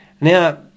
Now